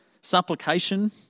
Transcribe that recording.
Supplication